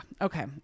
Okay